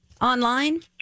Online